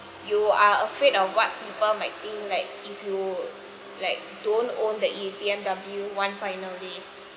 you are afraid of what people might think like if you like don't own that a B_M_W one final day